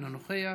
אינו נוכח,